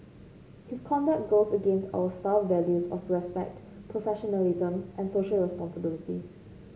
his conduct goes against our staff values of respect professionalism and Social Responsibility